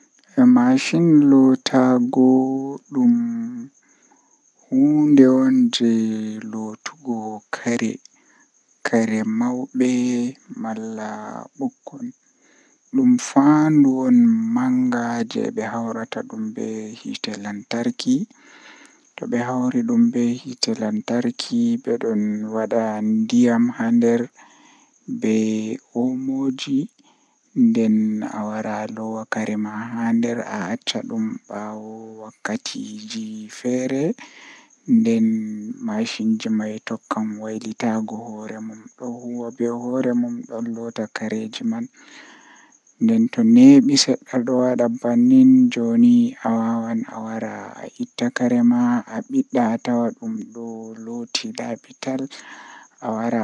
Ndikkinami mi dilli haa dow keke taya didi ngam kanjum do mi dillan feere am nden mi yahan mi yotta wakkati jei mi mari haaje wala mo darni